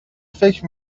فکر